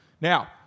Now